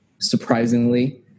Surprisingly